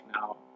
now